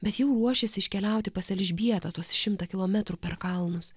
bet jau ruošiasi iškeliauti pas elžbietą tuos šimtą kilometrų per kalnus